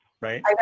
Right